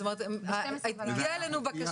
זאת אומרת הגיעה אלינו בקשה,